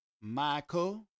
Michael